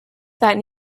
that